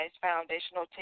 foundational